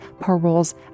paroles